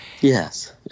Yes